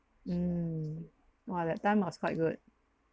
mm !wah! that time was quite good